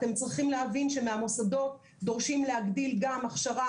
ואתם צריכים להבין שמהמוסדות דורשים להגדיל גם הכשרה